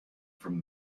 from